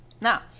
Now